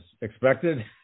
expected